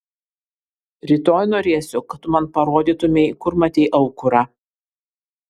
rytoj norėsiu kad tu man parodytumei kur matei aukurą